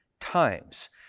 times